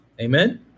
Amen